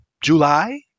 July